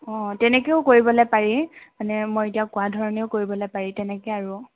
অঁ তেনেকৈও কৰিবলৈ পাৰি মানে মই এতিয়া কোৱা ধৰণেও কৰিবলৈ পাৰি তেনেকৈ আৰু